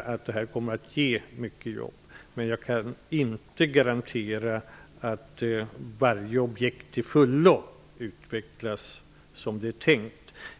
att detta kommer att ge många jobb. Ja, det kan jag, men jag kan inte garantera att varje objekt till fullo kommer att utvecklas som det är tänkt.